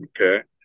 Okay